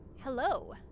Hello